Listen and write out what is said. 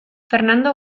fernando